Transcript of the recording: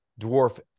dwarf